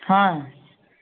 ହଁ